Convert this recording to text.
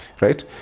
right